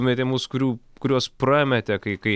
metimus kurių kuriuos prametė kai kai